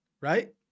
right